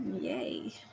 Yay